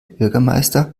bürgermeister